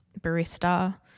barista